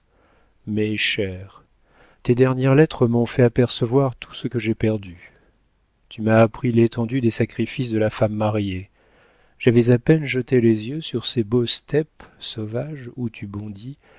mais chère tes dernières lettres m'ont fait apercevoir tout ce que j'ai perdu tu m'as appris l'étendue des sacrifices de la femme mariée j'avais à peine jeté les yeux sur ces beaux steppes sauvages où tu bondis